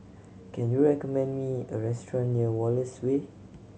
can you recommend me a restaurant near Wallace Way